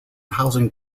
housing